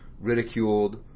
ridiculed